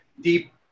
deep